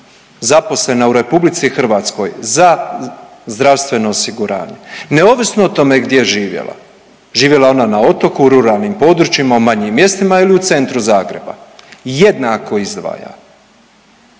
zaposlena u RH za zdravstveno osiguranje, neovisno o tome gdje živjela, živjela ona na otoku, u ruralnim područjima, u manjim mjestima ili u centru Zagreba jednako izdvaja.